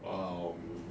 um